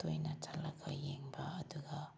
ꯇꯣꯏꯅ ꯆꯠꯂꯒ ꯌꯦꯡꯕ ꯑꯗꯨꯒ